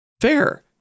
fair